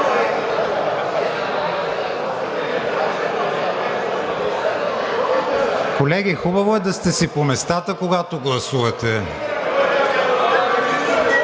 Колеги, хубаво е да сте си по местата, когато гласувате.